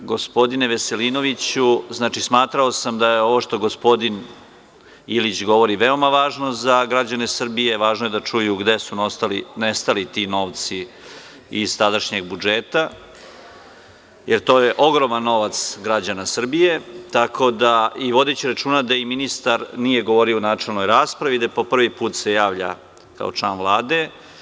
Gospodine Veselinoviću, smatrao sam da je ovo što gospodin Ilić govori veoma važno za građane Srbije, važno je da čuju gde su nestali ti novci iz tadašnjeg budžeta, jer to je ogroman novac građana Srbije i vodiću računa da i ministar nije govorio u načelnoj raspravi i da se po prvi put javlja kao član Vlade.